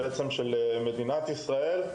בבעלות מדינת ישראל,